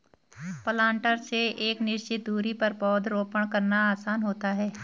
planter से एक निश्चित दुरी पर पौधरोपण करना आसान होता है